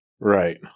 Right